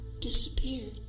disappeared